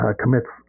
commits